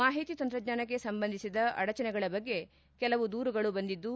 ಮಾಹಿತಿ ತಂತ್ರಜ್ಞಾನಕ್ಕೆ ಸಂಬಂಧಿಸಿದ ಅಡಚಣೆಗಳ ಬಗ್ಗೆ ಕೆಲವು ದೂರುಗಳು ಬಂದಿದ್ದು